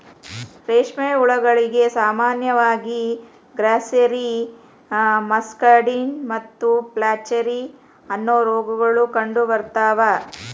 ರೇಷ್ಮೆ ಹುಳಗಳಿಗೆ ಸಾಮಾನ್ಯವಾಗಿ ಗ್ರಾಸ್ಸೆರಿ, ಮಸ್ಕಡಿನ್ ಮತ್ತು ಫ್ಲಾಚೆರಿ, ಅನ್ನೋ ರೋಗಗಳು ಕಂಡುಬರ್ತಾವ